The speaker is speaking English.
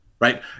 right